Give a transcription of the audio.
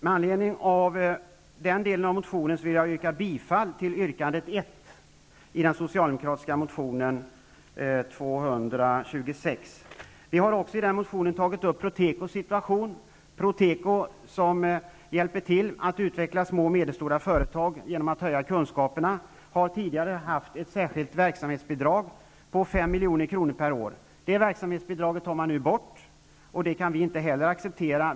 Med anledning av den delen av motionen vill jag yrka bifall till yrkande 1 i den socialdemokratiska motionen N226. Vi har i samma motion tagit upp Protekos situation. Proteko hjälper till att utveckla små och medelstora företag genom att höja kunskaperna och har tidigare haft ett särskilt verksamhetsbidrag på 5 milj.kr per år. Det tas nu bort. Det kan vi inte heller acceptera.